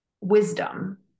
wisdom